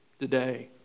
today